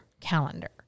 calendar